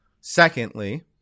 Secondly